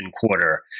quarter